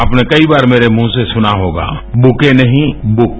आपने कई बार मेरे मृंह से सुना होगा कि बुके नहीं बुक